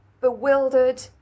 bewildered